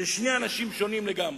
אלה שני אנשים שונים לגמרי.